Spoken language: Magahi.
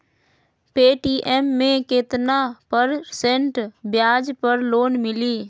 पे.टी.एम मे केतना परसेंट ब्याज पर लोन मिली?